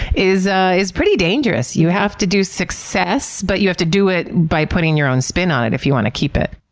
is ah is pretty dangerous. you have to do success, but you have to do it by putting your own spin on it if you want to keep it.